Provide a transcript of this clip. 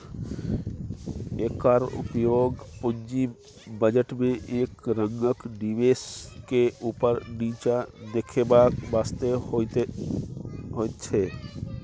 एकर उपयोग पूंजी बजट में एक रंगक निवेश के ऊपर नीचा देखेबाक वास्ते होइत छै